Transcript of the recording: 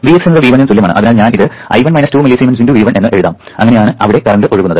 Vx എന്നത് V1 ന് തുല്യമാണ് അതിനാൽ ഞാൻ ഇത് I1 2 മില്ലിസീമെൻസ് × V1 എന്ന് എഴുതാം അങ്ങനെയാണ് അവിടെ കറന്റ് ഒഴുകുന്നത്